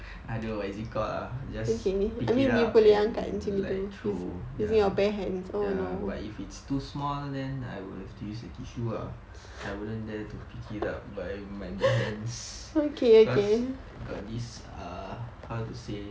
I don't know what is it called lah just pick it up and like throw ya ya but if it's too small then I will have to use a tissue lah I wouldn't dare to pick it up by my bare hands cause got this err how to say